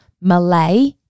Malay